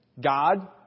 God